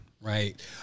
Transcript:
right